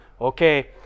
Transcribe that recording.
okay